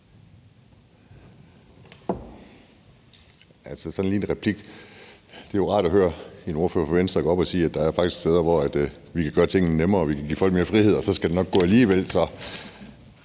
først lige en replik: Det er rart at høre en ordfører for Venstre gå op at sige, at der faktisk er steder, hvor vi kunne gøre tingene nemmere og vi kunne give folk mere frihed, og at så skal det nok gå alligevel,